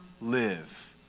live